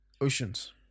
Oceans